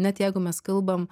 net jeigu mes kalbam